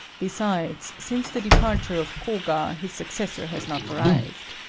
besides, since the departure of koga, his successor has not arrived.